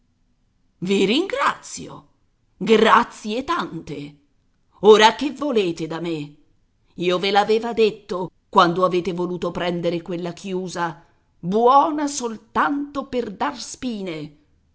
i ringrazio grazie tante ora che volete da me io ve l'aveva detto quando avete voluto prendere quella chiusa buona soltanto per dar spine